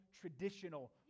traditional